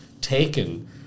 taken